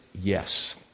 yes